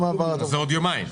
עוד יומיים.